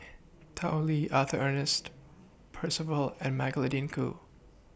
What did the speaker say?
Tao Li Arthur Ernest Percival and Magdalene Khoo